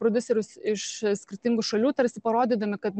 prodiuserius iš skirtingų šalių tarsi parodydami kad